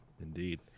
indeed